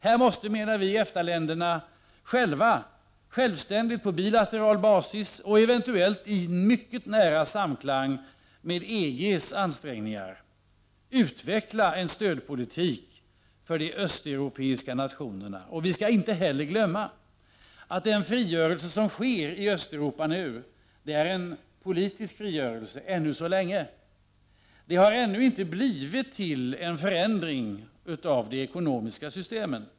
Här måste EFTA länderna själva självständigt på bilateral basis och eventuellt i mycket nära samklang med EG:s ansträngningar utveckla en stödpolitik för de östeuropeiska nationerna. Vi skall inte heller glömma att den frigörelse som sker i Östeuropa är en politisk frigörelse ännu så länge. Det har ännu inte blivit till en förändring av de ekonomiska systemen.